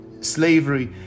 slavery